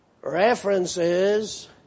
references